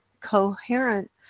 coherent